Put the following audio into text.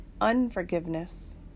Unforgiveness